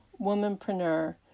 womanpreneur